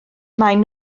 maen